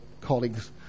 colleagues